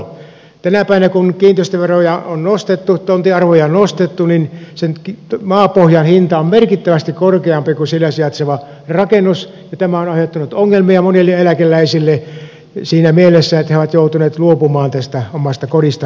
tänä päivänä kun tonttien arvoa on nostettu sen maapohjan hinta on merkittävästi korkeampi kuin sillä sijaitseva rakennus ja tämä on aiheuttanut ongelmia monille eläkeläisille siinä mielessä että he ovat joutuneet luopumaan tästä omasta kodistaan